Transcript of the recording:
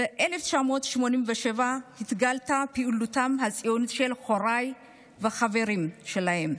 ב-1987 התגלתה פעילותם הציונית של הוריי והחברים שלהם.